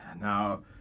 Now